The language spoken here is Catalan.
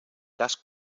cas